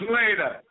later